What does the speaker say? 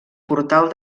portal